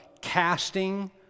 Casting